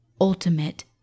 ultimate